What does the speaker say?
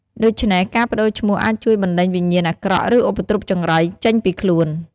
ដូច្នេះ ការប្ដូរឈ្មោះអាចជួយបណ្ដេញវិញ្ញាណអាក្រក់ឬឧបទ្រពចង្រៃចេញពីខ្លួន។